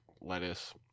lettuce